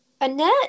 Annette